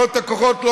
את הכוחות,